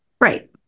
Right